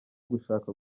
gushaka